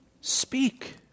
Speak